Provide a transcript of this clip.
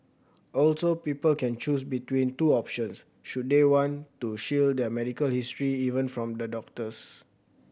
also people can choose between two options should they want to shield their medical history even from the doctors